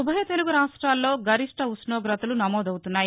ఉభయ తెలుగు రాష్టాల్లో గరిష్ట ఉష్ణోగతలు నమోదవుతున్నాయి